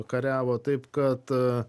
kariavo taip kad